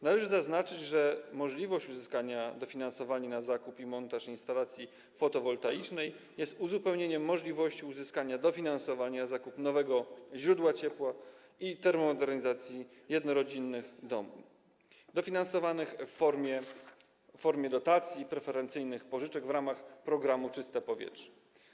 Należy zaznaczyć, że możliwość uzyskania dofinansowania na zakup i montaż instalacji fotowoltaicznej stanowi uzupełnienie możliwości uzyskania dofinansowania na zakup nowego źródła ciepła i termomodernizacji jednorodzinnych domów dofinansowanych w formie dotacji, preferencyjnych pożyczek w ramach programu „Czyste powietrze”